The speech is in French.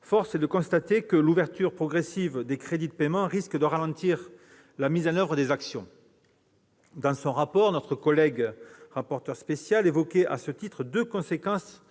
force est de constater que l'ouverture progressive des crédits de paiement risque de ralentir la mise en oeuvre des actions. Dans son rapport, notre collègue rapporteur spécial évoquait à ce titre deux conséquences du décalage